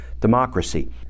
democracy